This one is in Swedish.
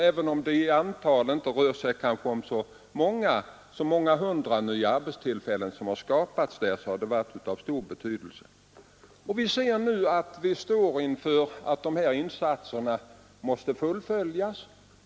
Även om det i de sistnämnda fallen inte är så många hundra nya arbetstillfällen som skapats, har de varit av stor betydelse där de tillkommit. Vi står nu inför nödvändigheten att fullfölja dessa insatser.